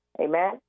Amen